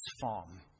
farm